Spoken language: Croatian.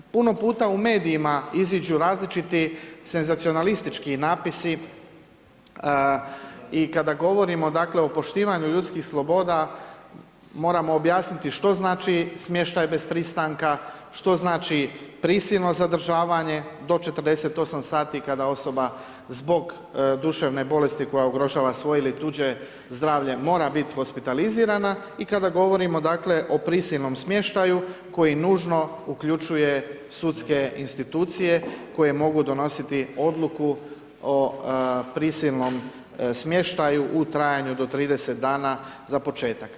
Puno puta u medijima iziđu različiti senzacionalistički napisi i kada govorimo o poštivanju ljudskih sloboda moramo objasniti što znači smještaj bez pristanka, što znači prisilno zadržavanje do 48 sati kada osoba zbog duševne bolesti koja ugrožava svoje ili tuđe zdravlja mora biti hospitalizirana i kada govorimo dakle o prisilnom smještaju koji nužno uključuje sudske institucije koje mogu donositi odluku o prisilnom smještaju u trajanju do 30 dana za početak.